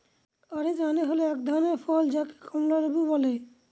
orange মানে হল এক ধরনের ফল যাকে কমলা লেবু বলে